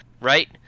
right